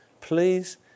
please